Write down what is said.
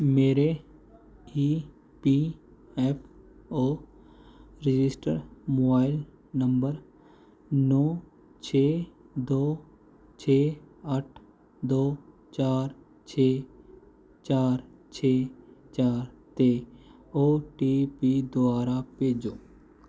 ਮੇਰੇ E P F O registered mobile number ਨੌ ਛੇ ਦੋ ਛੇ ਅੱਠ ਦੋ ਚਾਰ ਛੇ ਚਾਰ ਛੇ ਚਾਰ 'ਤੇ ਓ ਟੀ ਪੀ ਦੁਬਾਰਾ ਭੇਜੋ